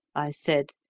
i said,